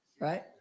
Right